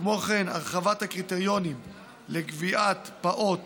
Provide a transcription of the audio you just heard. כמו כן, הרחבת הקריטריונים לקביעת פעוט